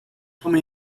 come